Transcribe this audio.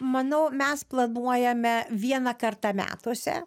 manau mes planuojame vieną kartą metuose